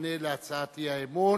כמענה על הצעת האי-אמון.